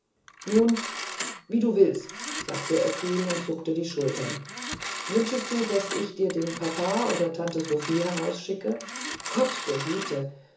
nun wie du willst sagte er kühl und zuckte die schultern wünschest du daß ich dir den papa oder tante sophie herausschicke gott behüte